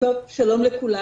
שלום לכולם.